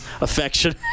affection